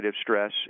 stress